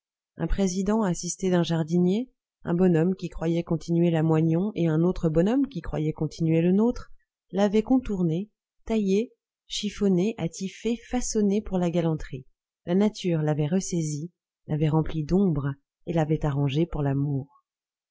un président assisté d'un jardinier un bonhomme qui croyait continuer lamoignon et un autre bonhomme qui croyait continuer le nôtre l'avaient contourné taillé chiffonné attifé façonné pour la galanterie la nature l'avait ressaisi l'avait rempli d'ombre et l'avait arrangé pour l'amour